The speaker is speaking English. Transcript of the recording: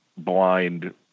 blind